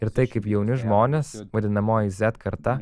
ir tai kaip jauni žmonės vadinamoji zet karta